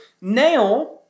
Now